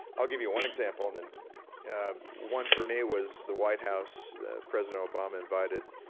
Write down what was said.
i'll give you one example. and and ah one for me was the white house. president obama invited